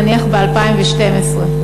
נניח ב-2012?